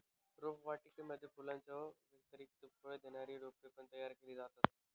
रोपवाटिकेमध्ये फुलांच्या व्यतिरिक्त फळ देणारी रोपे पण तयार केली जातात